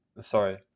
sorry